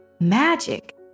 magic